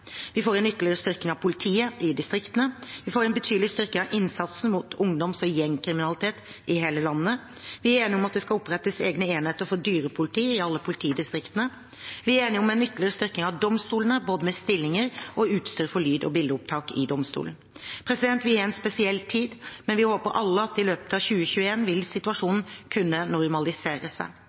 Vi får en ytterligere styrking av politiet i distriktene. Vi får en betydelig styrking av innsatsen mot ungdoms- og gjengkriminalitet i hele landet. Vi er enige om at det skal opprettes egne enheter for dyrepoliti i alle politidistriktene. Vi er enige om en ytterligere styrking av domstolene med både stillinger og utstyr for lyd- og bildeopptak i domstolene. Vi er i en spesiell tid, men vi håper alle at i løpet av 2021 vil situasjonen kunne normalisere seg.